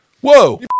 Whoa